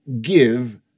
give